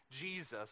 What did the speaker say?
Jesus